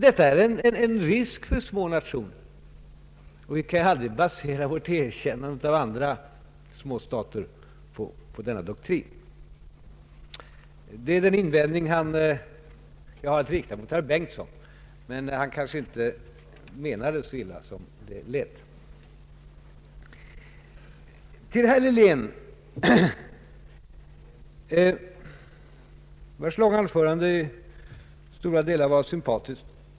Detta är en risk för små nationer, och vi kan aldrig basera vårt erkännande av andra stater på denna doktrin. Det är en invändning jag har att rikta mot herr Bengtson. Men han kanske inte menade så illa som det lät. Herr Heléns långa anförande var i stora delar sympatiskt.